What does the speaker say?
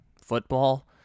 football